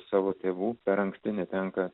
savo tėvų per anksti netenka